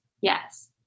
Yes